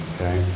Okay